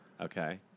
Okay